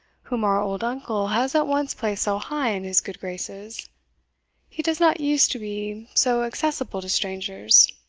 whom our old uncle has at once placed so high in his good graces he does not use to be so accessible to strangers.